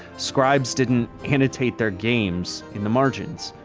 scribes didn't annotate their games in the margins.